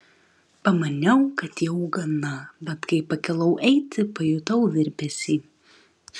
pamaniau kad jau gana bet kai pakilau eiti pajutau virpesį